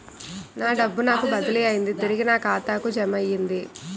నా డబ్బు నాకు బదిలీ అయ్యింది తిరిగి నా ఖాతాకు జమయ్యింది